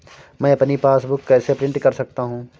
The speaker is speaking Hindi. मैं अपनी पासबुक कैसे प्रिंट कर सकता हूँ?